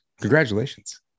Congratulations